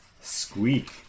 squeak